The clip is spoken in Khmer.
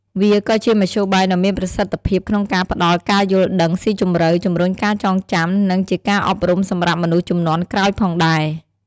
វាក៏ជាមធ្យោបាយដ៏មានប្រសិទ្ធភាពក្នុងការផ្តល់ការយល់ដឹងស៊ីជម្រៅ ជំរុញការចងចាំ និងជាការអប់រំសម្រាប់មនុស្សជំនាន់ក្រោយផងដែរ។